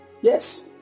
Yes